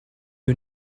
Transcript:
you